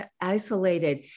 isolated